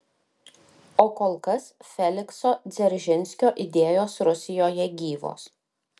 o kol kas felikso dzeržinskio idėjos rusijoje gyvos